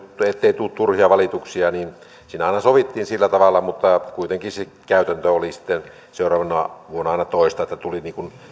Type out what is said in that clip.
ettei tule turhia valituksia niin siinä aina sovittiin sillä tavalla mutta kuitenkin käytäntö oli sitten seuraavana vuonna aina toista tuli